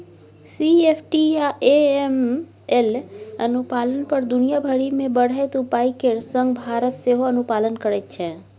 CFT आ AML अनुपालन पर दुनिया भरि मे बढ़ैत उपाय केर संग भारत सेहो अनुपालन करैत छै